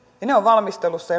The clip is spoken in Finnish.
ja ovat valmistelussa